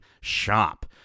shop